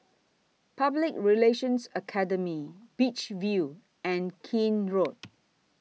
Public Relations Academy Beach View and Keene Road